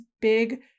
big